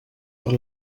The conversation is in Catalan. per